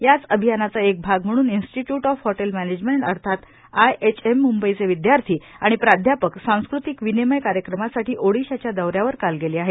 याच अभियानाचा एक भाग म्हणून इंस्टिट्यूट ऑफ हॉटेल मॅनेजमेंट अर्थात आयएचएम म्ंबईचे विद्यार्थी आणि प्राध्यापक सांस्कृतिक विनिमय कार्यक्रमासाठी ओडिशाच्या दौर्यावर काल गेले आहेत